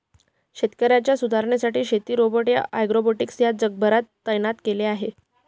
शेतकऱ्यांच्या सुधारणेसाठी शेती रोबोट या ॲग्रीबोट्स ला जगभरात तैनात केल आहे